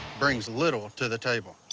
brings little to the table.